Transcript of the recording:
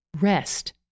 Rest